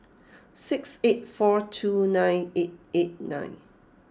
six eight four two nine eight eight nine